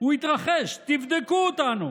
"הוא יתרחש, תבדקו אותנו".